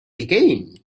again